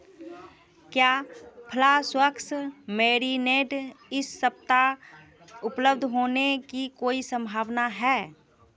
क्या फ्लास्वक्स मैरिनेड इस सप्ताह उपलब्ध होने की कोई संभावना है